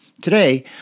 Today